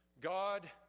God